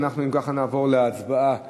אם ככה, נעבור להצבעה